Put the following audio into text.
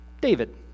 David